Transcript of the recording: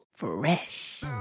fresh